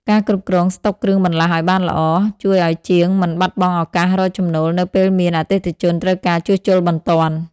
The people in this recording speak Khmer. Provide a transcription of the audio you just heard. ការគ្រប់គ្រងស្តុកគ្រឿងបន្លាស់ឱ្យបានល្អ ជួយឱ្យជាងមិនបាត់បង់ឱកាសរកចំណូលនៅពេលមានអតិថិជនត្រូវការជួសជុលបន្ទាន់។